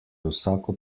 vsako